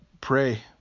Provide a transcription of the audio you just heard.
pray